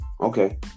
Okay